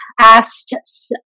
asked